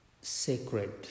sacred